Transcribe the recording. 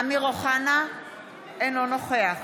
אינו נוכח